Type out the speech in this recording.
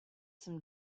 some